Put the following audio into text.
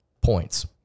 points